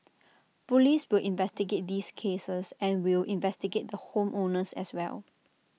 Police will investigate these cases and we'll investigate the home owners as well